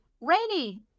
Rainy